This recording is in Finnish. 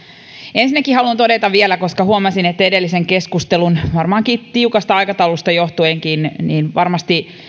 ensinnäkin haluan todeta vielä koska huomasin että varmaankin edellisen keskustelun tiukasta aikataulustakin johtuen saattoi varmasti